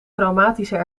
traumatische